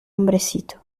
hombrecito